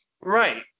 right